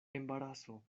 embaraso